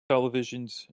televisions